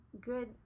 Good